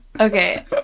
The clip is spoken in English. okay